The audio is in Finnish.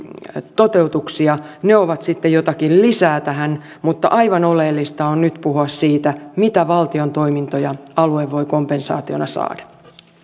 toteutuksia ne ovat sitten jotakin lisää tähän mutta aivan oleellista on nyt puhua siitä mitä valtion toimintoja alue voi kompensaationa saada